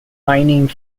mining